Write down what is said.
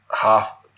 Half